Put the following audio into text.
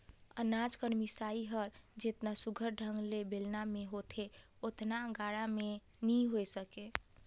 अनाज कर मिसई हर जेतना सुग्घर ढंग ले बेलना मे होथे ओतना गाड़ा मे नी होए सके